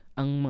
ang